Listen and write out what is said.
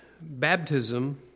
baptism